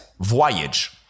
Voyage